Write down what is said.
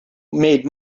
made